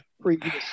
previous